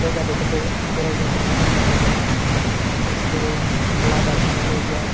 जायगा देखायबाय थायो जेराव जों न'वाव थांनानैनो जेरै लाडाकनि जायगा